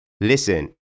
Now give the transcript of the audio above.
Listen